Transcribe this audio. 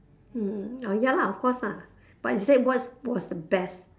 ah oh ya lah of course lah but it said what was the best